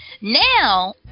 Now